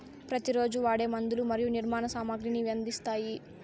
ప్రతి రోజు వాడే మందులు మరియు నిర్మాణ సామాగ్రిని ఇవి అందిస్తాయి